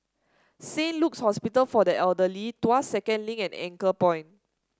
Saint Luke's Hospital for the Elderly Tuas Second Link and Anchorpoint